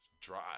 Dry